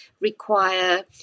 require